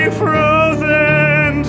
frozen